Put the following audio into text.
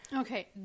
okay